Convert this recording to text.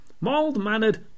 mild-mannered